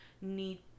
need